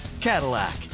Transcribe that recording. Cadillac